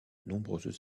nombreuses